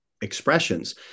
expressions